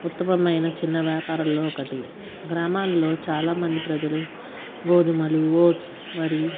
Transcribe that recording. ఉత్తమమైన చిన్న వ్యాపారంలో ఒకటి గ్రామాల్లో చాలా మంది ప్రజలు గోధుమలు ఓట్స్ మరి